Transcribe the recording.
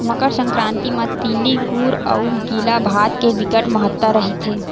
मकर संकरांति म तिली गुर अउ गिला भात के बिकट महत्ता रहिथे